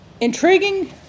Intriguing